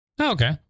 okay